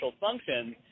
functions